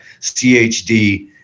CHD